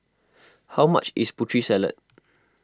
how much is Putri Salad